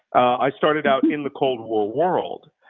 i started out in the cold war world,